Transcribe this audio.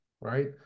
right